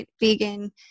vegan